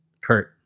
Kurt